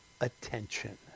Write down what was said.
attention